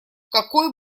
какой